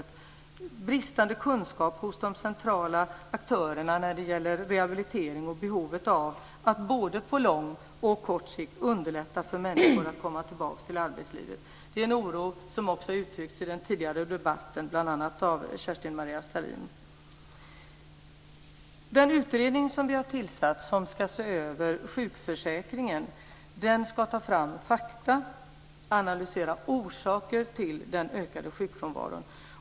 Det finns en bristande kunskap hos de centrala aktörerna om rehabilitering och om behovet av att både på lång och kort sikt underlätta för människor att komma tillbaka till arbetslivet. Detta är en oro som också har uttryckts i den tidigare debatten bl.a. av Kerstin-Maria Stalin. Den utredning som vi har tillsatt och som ska se över sjukförsäkringen ska ta fram fakta och analysera orsaker till den ökade sjukfrånvaron.